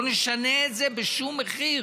לא נשנה את זה בשום מחיר.